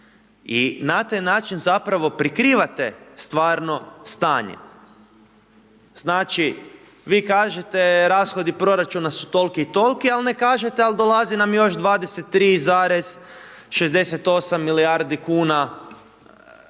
i na taj način zapravo prikrivate stvarno stanje. Znači, vi kažete rashodi proračuna su toliki i toliki, al ne kažete al dolazi nam još 23,68 milijardi kuna